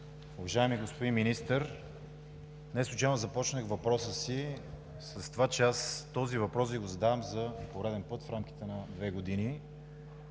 Уважаеми господин Министър, неслучайно започнах въпроса си с това, че аз този въпрос Ви го задавам за пореден път в рамките на две години